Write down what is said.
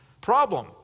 problem